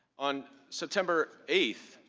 on september eight,